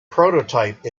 prototype